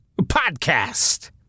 podcast